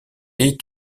est